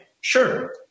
sure